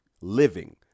living